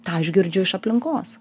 tą aš girdžiu iš aplinkos